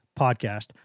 podcast